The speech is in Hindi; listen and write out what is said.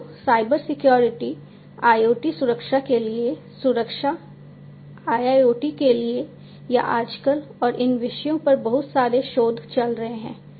तो साइबर सिक्योरिटी IoT सुरक्षा के लिए सुरक्षा IIoT के लिए या आजकल और इन विषयों पर बहुत सारे शोध चल रहे हैं